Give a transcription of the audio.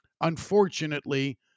Unfortunately